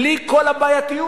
בלי כל הבעייתיות.